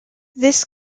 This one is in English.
this